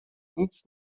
nic